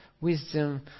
wisdom